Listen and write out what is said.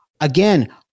Again